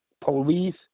police